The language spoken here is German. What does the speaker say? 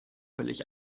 völlig